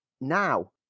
Now